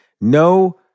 No